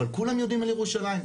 אבל כולם יודעים על ירושלים.